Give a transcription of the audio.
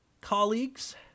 colleagues